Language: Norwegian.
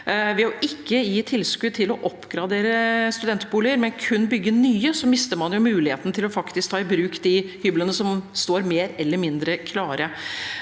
Ved ikke å gi tilskudd til å oppgradere studentboliger, men kun bygge nye, mister man muligheten til å ta i bruk de hyblene som står mer eller mindre klare.